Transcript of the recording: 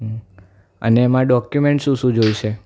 અને એમાં ડોક્યુમેન્ટ શું શું જોઈશે